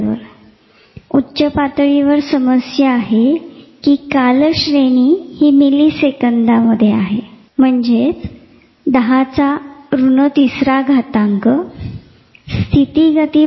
तिसरी गोष्ट जी खूप महत्त्वाची आहे ती म्हणजे साहचर्यात्मक अध्ययानाची गोष्ट एकदा उद्दीपक आत गेले कि त्याने विशिष्ट स्मृती तयार केल्या जातात तेच उद्दीपक पुन्हा वेगळ्या पद्धतीने पुरविले जात नाही ते या बाबत स्पष्टता नाही तरीही ते तितकीच उर्जा उद्दीपित करते आणि चौथी गोष्ट म्हणजे उर्जा वाहून नेण्याचा वेग किमान मिलीसेकंदामध्ये असतो